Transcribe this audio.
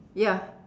ya